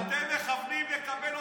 אתה יודע, מיקי.